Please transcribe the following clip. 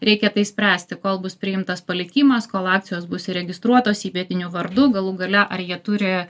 reikia tai spręsti kol bus priimtas palikimas kol akcijos bus įregistruotos įpėdinių vardu galų gale ar jie turi